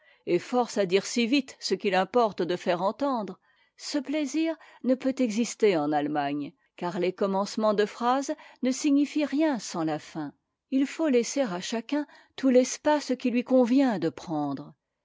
et force à dire si vite ce qu'il importe de faire entendre ce plaisir ne peut exister en allemagne car les commencements de phrase ne signifient rien sans la fin il faut laisser à chacun tout l'espace qu'il lui convient de prendre